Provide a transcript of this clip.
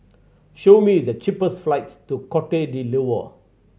show me the cheapest flights to Cote D'Ivoire